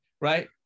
right